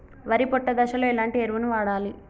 వరి పొట్ట దశలో ఎలాంటి ఎరువును వాడాలి?